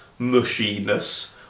Mushiness